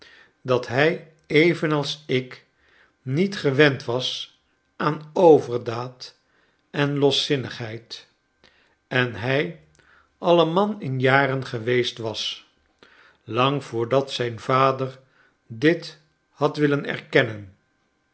dat hij evenals ik niet gewend was aan overdaad en loszinnigheid en hij al een man in jaren geweest was lang voordat zijn vader dit had willen erkennen